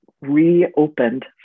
reopened